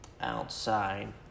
outside